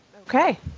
Okay